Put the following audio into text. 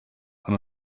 and